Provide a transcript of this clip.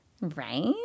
Right